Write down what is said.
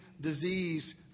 disease